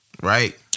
right